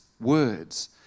words